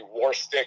Warstick